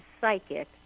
psychic